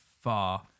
far